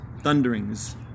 thunderings